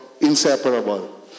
Inseparable